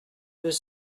deux